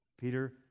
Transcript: Peter